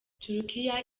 turukiya